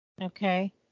okay